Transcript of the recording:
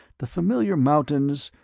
the familiar mountains,